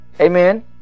Amen